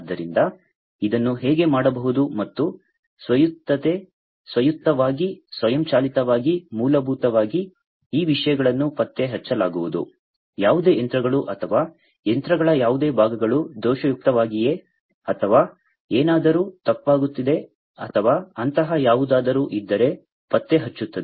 ಆದ್ದರಿಂದ ಇದನ್ನು ಹೇಗೆ ಮಾಡಬಹುದು ಮತ್ತು ಸ್ವಾಯತ್ತತೆ ಸ್ವಾಯತ್ತವಾಗಿ ಸ್ವಯಂಚಾಲಿತವಾಗಿ ಮೂಲಭೂತವಾಗಿ ಈ ವಿಷಯಗಳನ್ನು ಪತ್ತೆಹಚ್ಚಲಾಗುವುದು ಯಾವುದೇ ಯಂತ್ರಗಳು ಅಥವಾ ಯಂತ್ರಗಳ ಯಾವುದೇ ಭಾಗಗಳು ದೋಷಯುಕ್ತವಾಗಿವೆಯೇ ಅಥವಾ ಏನಾದರೂ ತಪ್ಪಾಗುತ್ತಿದೆ ಅಥವಾ ಅಂತಹ ಯಾವುದಾದರೂ ಇದ್ದರೆ ಪತ್ತೆಹಚ್ಚುತ್ತದೆ